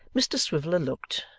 mr swiveller looked,